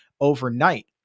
overnight